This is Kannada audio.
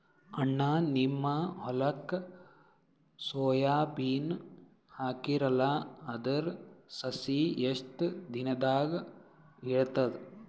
ಅಣ್ಣಾ, ನಿಮ್ಮ ಹೊಲಕ್ಕ ಸೋಯ ಬೀನ ಹಾಕೀರಲಾ, ಅದರ ಸಸಿ ಎಷ್ಟ ದಿಂದಾಗ ಏಳತದ?